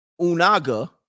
Unaga